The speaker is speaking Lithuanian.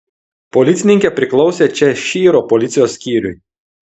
policininkė priklausė češyro policijos skyriui